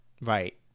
Right